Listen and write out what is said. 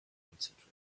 concentrate